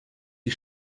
die